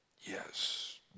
Yes